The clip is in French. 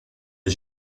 est